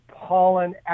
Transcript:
pollen